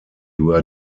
were